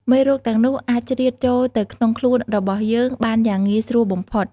មេរោគទាំងនោះអាចជ្រៀតចូលទៅក្នុងខ្លួនរបស់យើងបានយ៉ាងងាយស្រួលបំផុត។